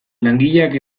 langileak